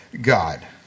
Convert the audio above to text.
God